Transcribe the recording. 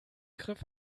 griff